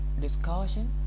discussion